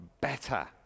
better